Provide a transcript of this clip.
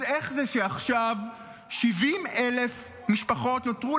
אז איך זה שעכשיו 70,000 משפחות נותרו